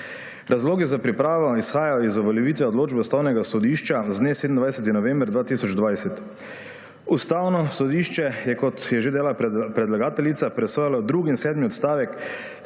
Razlogi za pripravo izhajajo iz uveljavitve odločbe Ustavnega sodišča z dne 27. novembra 2020. Ustavno sodišče je, kot je že dejala predlagateljica, presojalo drugi in sedmi odstavek